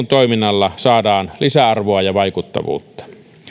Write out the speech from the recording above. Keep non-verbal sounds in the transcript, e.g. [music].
[unintelligible] toiminnalla saadaan lisäarvoa ja vaikuttavuutta